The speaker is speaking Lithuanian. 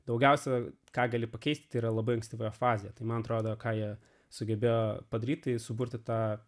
daugiausiai ką gali pakeisti yra labai ankstyva fazė tai man atrodo ką jie sugebėjo padaryti suburti tą